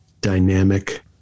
dynamic